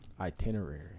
Itinerary